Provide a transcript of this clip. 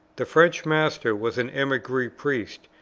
the french master was an emigre priest,